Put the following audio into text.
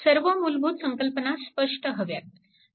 सर्व मूलभूत संकल्पना स्पष्ट हव्यात